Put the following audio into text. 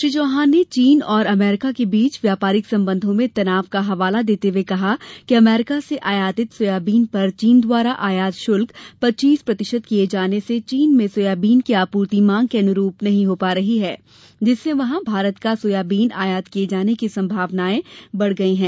श्री चौहान ने चीन और अमेरीका के बीच व्यापारिक संबंधों में तनाव का हवाला देते हुए कहा कि अमेरीका से आयातित सोयाबीन पर चीन द्वारा आयात शुल्क पच्चीस प्रतिशत किये जाने से चीन में सोयाबीन की आपूर्ति मांग के अनुरूप नहीं हो पा रही है जिससे वहां भारत का सोयाबीन आयात किये जाने की संभावनाएं बढ़ गई है